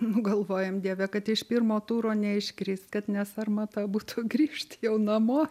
nu galvojam dieve kad iš pirmo turo neiškrist kad ne sarmata būtų grįžt jau namo